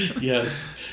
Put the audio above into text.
yes